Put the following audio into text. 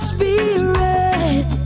Spirit